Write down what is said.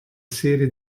serie